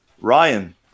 ryan